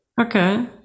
okay